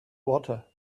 water